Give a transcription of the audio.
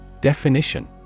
Definition